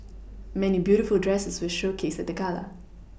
many beautiful dresses were showcased at the gala